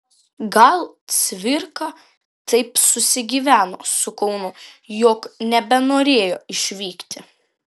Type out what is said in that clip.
gal cvirka taip susigyveno su kaunu jog nebenorėjo išvykti